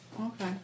Okay